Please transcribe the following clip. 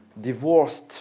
divorced